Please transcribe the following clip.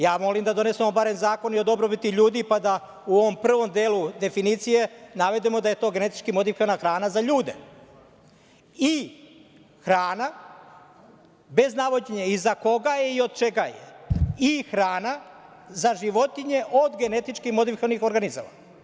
Ja molim da donesemo barem zakon i o dobrobiti ljudi, pa da u ovom prvom delu definicije navedemo da je to genetički modifikovana hrana za ljude i hrana bez navođenja i za koga i od čega je, i hrana za životinje, od genetički modifikovanih organizama.